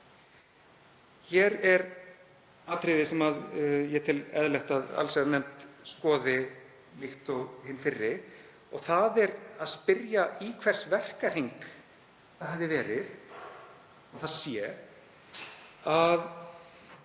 Hér er atriði sem ég tel eðlilegt að allsherjarnefnd skoði líkt og hin fyrri og það er að spyrja í hvers verkahring það hefði verið að vinna